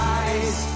eyes